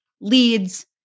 Leads